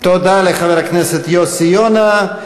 תודה לחבר הכנסת יוסי יונה.